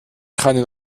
keinen